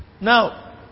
Now